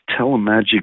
Telemagic